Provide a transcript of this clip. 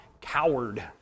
coward